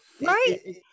Right